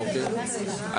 14:34.